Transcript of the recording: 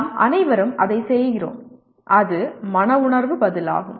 நாம் அனைவரும் அதைச் செய்கிறோம் அது மன உணர்வு பதிலாகும்